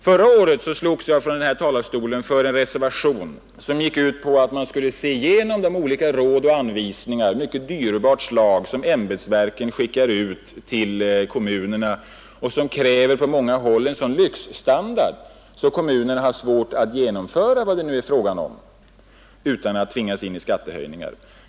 Förra året slogs jag här för en reservation som gick ut på att man skulle se igenom de olika råd och anvisningar av mycket dyrbart slag som ämbetsverken skickat ut till kommunerna och som på många håll kräver en sådan lyxstandard att kommunerna har svårt att genomföra projekten utan att tvingas till skattehöjningar.